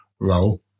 role